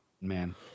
man